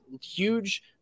huge